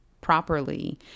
properly